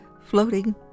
Floating